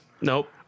Nope